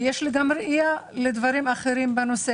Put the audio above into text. ויש לי גם ראייה לדברים אחרים בנושא